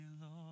Lord